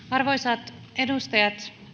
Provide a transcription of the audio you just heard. arvoisat edustajat